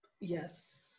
Yes